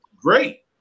great